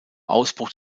ausbruch